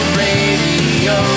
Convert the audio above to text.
radio